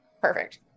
perfect